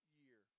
year